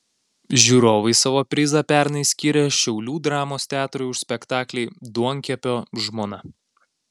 žiūrovai savo prizą pernai skyrė šiaulių dramos teatrui už spektaklį duonkepio žmona